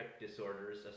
disorders